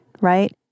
right